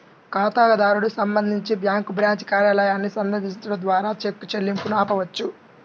ఖాతాదారుడు సంబంధించి bank branch కార్యాలయాన్ని సందర్శించడం ద్వారా చెక్ చెల్లింపును ఆపవచ్చు